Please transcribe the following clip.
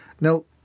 Now